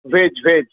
veg veg